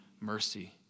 mercy